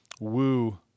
woo